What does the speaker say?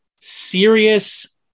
Serious